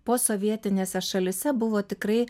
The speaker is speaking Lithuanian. posovietinėse šalyse buvo tikrai